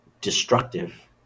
destructive